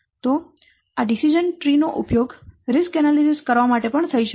તો આ decision tree નો ઉપયોગ જોખમો નું મૂલ્યાંકન કરવા માટે પણ થઈ શકે છે